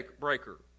breaker